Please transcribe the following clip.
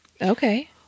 Okay